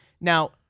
Now